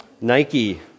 Nike